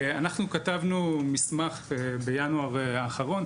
אנחנו כתבנו מסמך בינואר האחרון,